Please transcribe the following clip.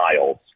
Miles